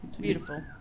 Beautiful